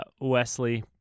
Wesley